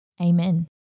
Amen